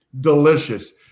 delicious